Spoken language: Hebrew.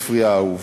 ספרי האהוב.